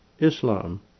Islam